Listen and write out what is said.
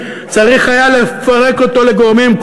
צריך היה לפרק לגורמים,